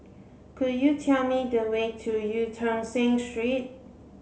could you tell me the way to Eu Tong Sen Street